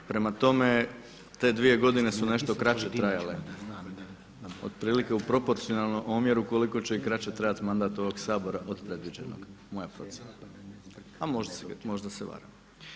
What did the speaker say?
Prema tome, te dvije godine su nešto kraće trajale otprilike u proporcionalnom omjeru koliko će i kraće trati mandat ovog Sabora od predviđenog, moja procjena, a možda se varam.